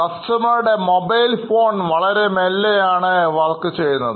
കസ്റ്റമറുടെ mobile phone വളരെ മേലെ ആണ് വർക്ക് ചെയ്യുന്നത്